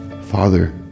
Father